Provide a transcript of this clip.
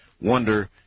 wonder